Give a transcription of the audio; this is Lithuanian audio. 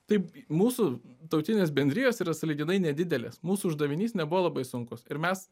taip mūsų tautinės bendrijos yra sąlyginai nedidelės mūsų uždavinys nebuvo labai sunkus ir mes